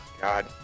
God